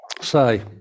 say